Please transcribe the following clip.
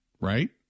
right